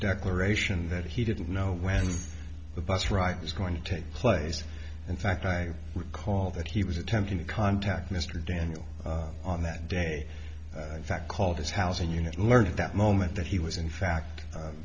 declaration that he didn't know when the bus ride was going to take place in fact i recall that he was attempting to contact mr daniel on that day in fact called his housing unit who learned at that moment that he was in fact